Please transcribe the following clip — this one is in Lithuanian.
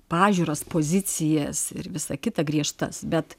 pažiūras pozicijas ir visą kitą griežtas bet